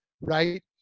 right